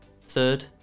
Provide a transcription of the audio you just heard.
Third